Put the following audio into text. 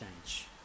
change